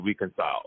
reconciled